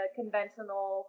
conventional